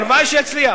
הלוואי שיצליח.